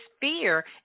fear